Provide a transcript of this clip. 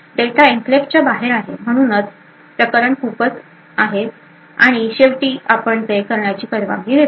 data एन्क्लेव्हच्या बाहेर आहे म्हणूनच प्रकरण खूपच आहे आणि शेवटी आपण ते करण्याची परवानगी देतो